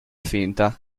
finta